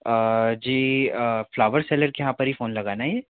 जी flower seller के यहाँ पर ही फ़ोन लगा है ना ये